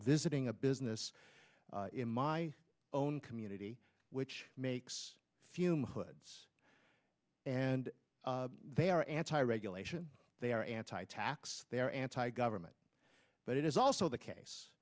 visiting a business in my own community which makes fume hood and they are anti regulation they are anti tax they're anti government but it is also the case